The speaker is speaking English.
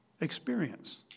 experience